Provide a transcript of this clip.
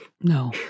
No